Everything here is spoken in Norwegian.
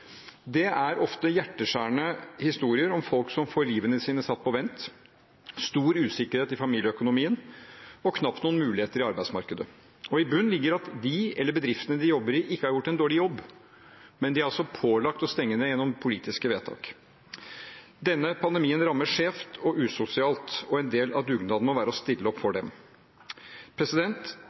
Det er ofte hjerteskjærende historier om folk som får livet sitt satt på vent, stor usikkerhet i familieøkonomien og knapt noen muligheter i arbeidsmarkedet. Og i bunnen ligger at de eller bedriftene de jobber i, ikke har gjort en dårlig jobb, men de er altså pålagt å stenge ned gjennom politiske vedtak. Denne pandemien rammer skjevt og usosialt, og en del av dugnaden må være å stille opp for dem.